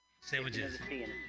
Sandwiches